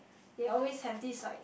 they always have this like